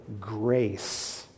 grace